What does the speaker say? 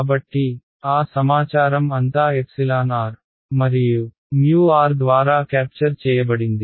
కాబట్టి ఆ సమాచారం అంతా r మరియు r ద్వారా క్యాప్చర్ చేయబడింది